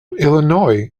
illinois